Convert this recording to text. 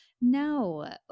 No